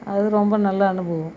அது ரொம்ப நல்ல அனுபவம்